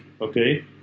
okay